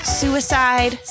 suicide